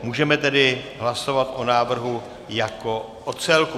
Můžeme tedy hlasovat o návrhu jako o celku.